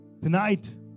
Tonight